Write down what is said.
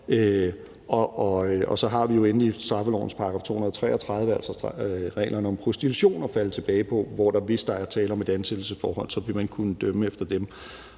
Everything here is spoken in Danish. Så har vi jo endelig straffelovens § 233, altså reglerne om prostitution, at falde tilbage på, hvor man, hvis der er tale om et ansættelsesforhold, vil kunne dømme efter den.